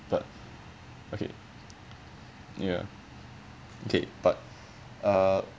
but okay ya okay but uh